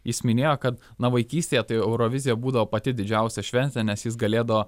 jis minėjo kad na vaikystėje tai eurovizija būdavo pati didžiausia šventė nes jis galėdavo